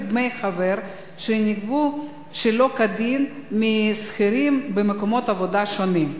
דמי חבר שנגבו שלא כדין משכירים במקומות עבודה שונים.